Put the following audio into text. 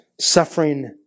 Suffering